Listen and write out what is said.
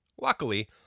Luckily